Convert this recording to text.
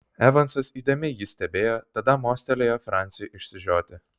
evansas įdėmiai jį stebėjo tada mostelėjo franciui išsižioti